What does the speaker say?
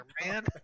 man